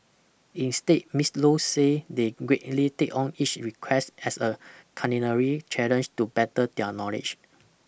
instead Miss Low say they greatly take on each request as a culinary challenge to better their knowledge